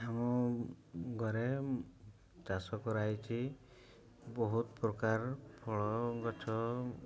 ଆମ ଘରେ ଚାଷ କରାହେଇଛି ବହୁତ ପ୍ରକାର ଫଳ ଗଛ